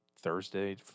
Thursday